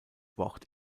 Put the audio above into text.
wort